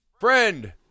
friend